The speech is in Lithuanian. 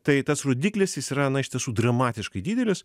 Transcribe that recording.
tai tas rodiklis jis yra na iš tiesų dramatiškai didelis